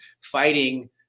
fighting